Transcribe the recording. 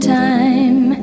time